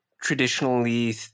traditionally